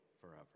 forever